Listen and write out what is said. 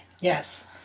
Yes